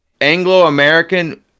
Anglo-American